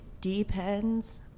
depends